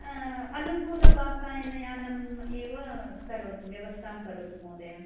अनुकूलवातायनयानम् एव करोतु व्यवस्थां करोतु महोदय